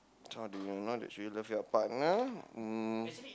how do you know that should you love your partner um